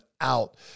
out